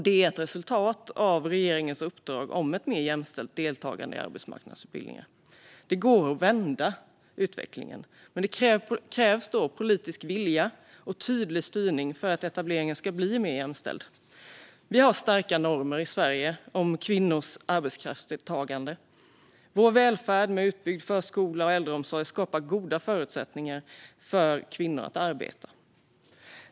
Det är ett resultat av regeringens uppdrag om ett mer jämställt deltagande i arbetsmarknadsutbildningar. Det går att vända utvecklingen, men det krävs politisk vilja och tydlig styrning för att etableringen ska bli mer jämställd. Vi har starka normer i Sverige om kvinnors arbetskraftsdeltagande. Vår välfärd med utbyggd förskola och äldreomsorg skapar goda förutsättningar för kvinnor att arbeta.